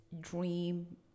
dream